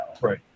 right